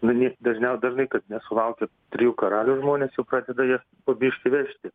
vieni dažniau dažnai kad nesulaukia trijų karalių žmonės jau pradeda jie po biški vežti